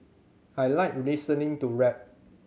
I like listening to rap